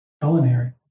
culinary